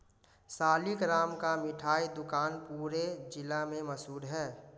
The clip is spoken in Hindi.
सालिगराम का मिठाई दुकान पूरे जिला में मशहूर है